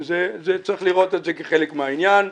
צריך לראות את זה כחלק מהעניין.